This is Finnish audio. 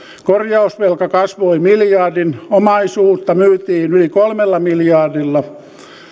korjausvelka kasvoi miljardin omaisuutta myytiin yli kolmella miljardilla